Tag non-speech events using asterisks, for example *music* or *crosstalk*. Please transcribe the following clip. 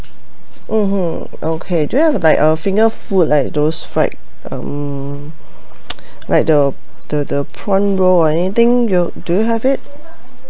mmhmm okay do you have like uh finger food like those fried um *noise* like the the the prawn roll or anything you do you have it